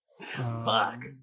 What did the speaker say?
Fuck